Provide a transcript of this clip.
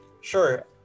Sure